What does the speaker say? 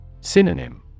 Synonym